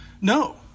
No